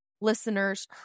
listeners